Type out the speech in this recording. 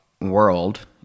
world